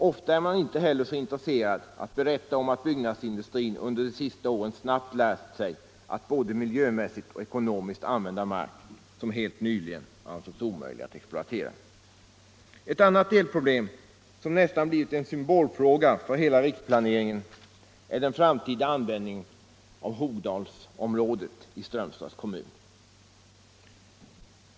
Ofta är man inte heller så intresserad av att berätta om att byggnadsindustrin under de senaste åren snabbt lärt sig att både miljömässigt och ekonomiskt använda mark som helt nyligen ansågs omöjlig att exploatera. Ett annat delproblem, som har blivit en symbolfråga för hela riksplaneringen, är den framtida användningen av Hogdalsområdet i Strömstads kommun.